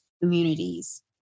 communities